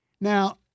Now